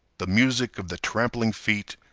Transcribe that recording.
the music of the trampling feet,